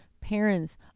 parents